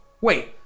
Wait